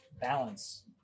balance